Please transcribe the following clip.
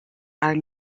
are